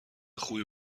خوبی